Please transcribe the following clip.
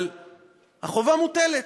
אבל החובה מוטלת,